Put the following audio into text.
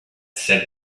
said